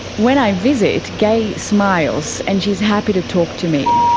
when i visit, gaye smiles, and she is happy to talk to me.